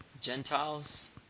Gentiles